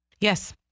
Yes